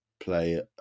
play